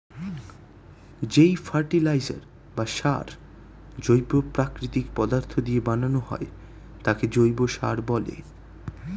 যেই ফার্টিলাইজার বা সার জৈব প্রাকৃতিক পদার্থ দিয়ে বানানো হয় তাকে জৈব সার বলে